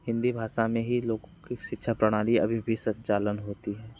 हिंदी भाषा में ही लोगों कि सिक्षा प्रणाली अभी भी संचालन होती है